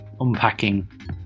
unpacking